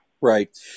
Right